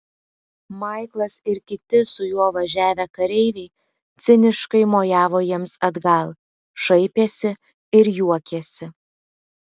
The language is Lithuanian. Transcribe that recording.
maiklas ir kiti su juo važiavę kareiviai ciniškai mojavo jiems atgal šaipėsi ir juokėsi